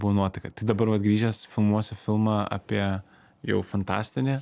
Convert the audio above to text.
buvo nuotaika tai dabar vat grįžęs filmuosiu filmą apie jau fantastinė